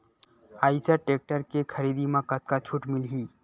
Eicher tractor के खरीदी म कतका छूट मिलही?